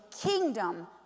kingdom